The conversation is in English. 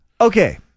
Okay